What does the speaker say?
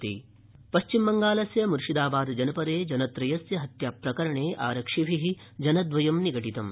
पश्चिमबंगालहिंसा पथ्चिमबङ्गालस्य मुर्शिदाबादजनपदे जनत्रयस्य हत्या प्रकरणे आरक्षिभिः जनद्वयं निगडितम्